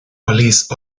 police